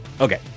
Okay